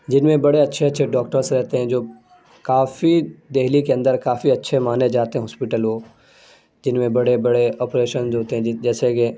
جن میں بڑے اچھے اچھے ڈاکٹرس رہتے ہیں جو کافی دہلی کے اندر کافی اچھے مانے جاتے ہاسپیٹل وہ جن میں بڑے بڑے آپریشن جو ہوتے ہیں جیسے کہ